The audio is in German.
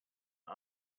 bin